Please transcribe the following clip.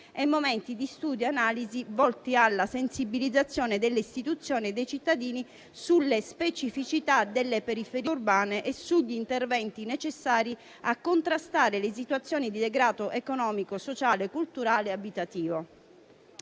e momenti di studio e analisi, volti alla sensibilizzazione delle istituzioni e dei cittadini sulle specificità delle periferie urbane e sugli interventi necessari a contrastare le situazioni di degrado economico, sociale, culturale e abitativo.